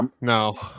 No